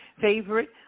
favorite